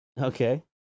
Okay